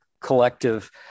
collective